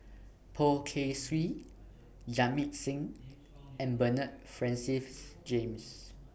Poh Kay Swee Jamit Singh and Bernard Francis James